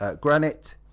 granite